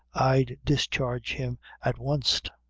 i'd discharge him at wanst.